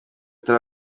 turi